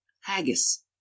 haggis